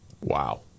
Wow